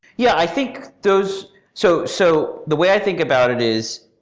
yeah, i think those so so the way i think about it is,